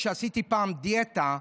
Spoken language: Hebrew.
כשעשיתי פעם דיאטה,